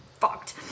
fucked